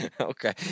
okay